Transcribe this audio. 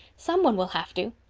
some one will have to.